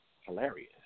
hilarious